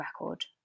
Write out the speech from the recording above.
record